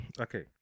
Okay